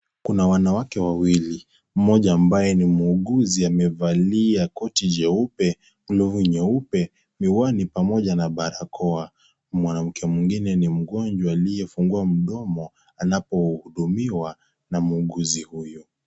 Kuna wanawake wawili, mmoja ambaye ni muuguzi amevalia koti jeupe, glovu nyeupe, miwani pamoja na barakoa. Mwanamke mwingine ni mgonjwa aliyefungua mdomo anapohudumiwa na muuguzi huyu.